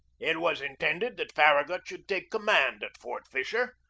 it was intended that farragut should take command at fort fisher,